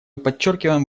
подчеркиваем